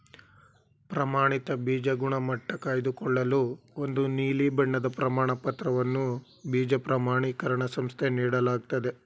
ಪ್ರಮಾಣಿತ ಬೀಜ ಗುಣಮಟ್ಟ ಕಾಯ್ದುಕೊಳ್ಳಲು ಒಂದು ನೀಲಿ ಬಣ್ಣದ ಪ್ರಮಾಣಪತ್ರವನ್ನು ಬೀಜ ಪ್ರಮಾಣಿಕರಣ ಸಂಸ್ಥೆ ನೀಡಲಾಗ್ತದೆ